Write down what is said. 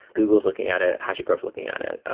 google is looking at it. hashicorp is looking at it.